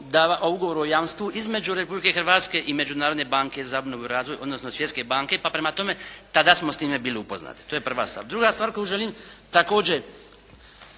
o Ugovoru o jamstvu između Republike Hrvatske i Međunarodne banke za obnovu i razvoj odnosno Svjetske banke. Pa prema tome, tada smo s time bili upoznati. To je prva stvar. Druga stvar koju želim također